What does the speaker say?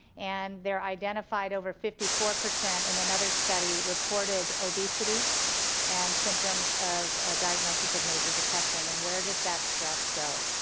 and they identified over fifty four percent in another study reported obesity and symptoms of diagnoses of major depression and where does that stress go?